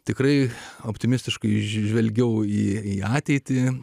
tikrai optimistiškai žvelgiau į ateitį